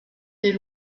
des